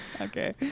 Okay